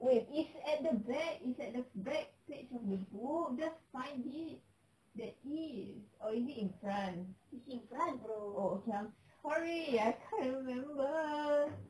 !oi! it's at the back it's at the back page of the book just find it that or is it in front oh okay I'm sorry I can't remember